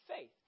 faith